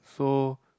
so